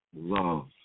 love